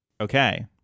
Okay